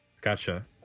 Gotcha